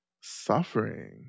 suffering